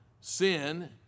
Sin